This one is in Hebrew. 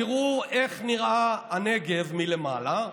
תראו איך נראה הנגב מלמעלה,